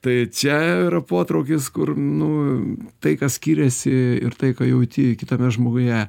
tai čia yra potraukis kur nu tai kas skiriasi ir tai ką jauti kitame žmoguje